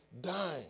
dying